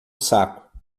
saco